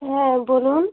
হ্যাঁ বলুন